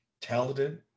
talented